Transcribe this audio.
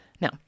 Now